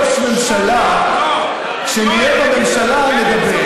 המערך, שמונה, כשנהיה בממשלה, נדבר.